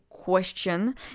question